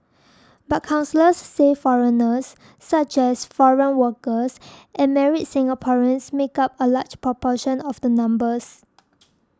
but counsellors say foreigners such as foreign workers and married Singaporeans make up a large proportion of the numbers